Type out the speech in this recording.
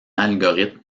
algorithme